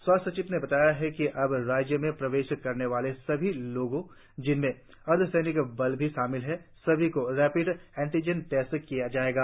स्वास्थ्य सचिव ने बताया कि अब राज्य में प्रवेश करने वाले सभी लोगों जिनमें अर्धसैनिक बल लोग भी शामिल है सभी का रेपिड एंटिजन टेस्ट किया जाएगा